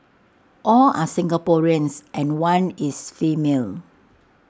all are Singaporeans and one is female